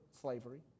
slavery